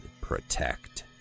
Protect